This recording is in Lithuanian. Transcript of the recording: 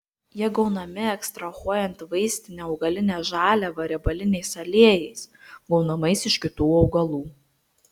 jie gaunami ekstrahuojant vaistinę augalinę žaliavą riebaliniais aliejais gaunamais iš kitų augalų